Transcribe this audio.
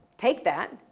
take that,